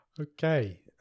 Okay